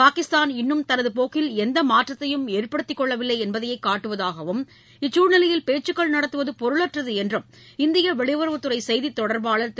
பாகிஸ்தான் இன்னும் தனது போக்கில் எந்த மாற்றத்தையும் ஏற்படுத்திக் இச்செயல்கள் கொள்ளவில்லை என்பதையே காட்டுவதாகவும் இச்சூழ்நிலையில் பேச்சுக்கள் நடத்துவது பொருளற்றது என்றும் இந்திய வெளியுறவுத்துறை செய்தி தொடர்பாளர் திரு